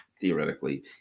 theoretically